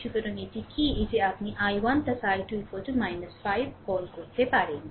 সুতরাং এটি কি এই যে আপনি i1 i2 5 কল করতে পারেন